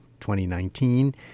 2019